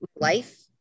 life